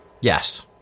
Yes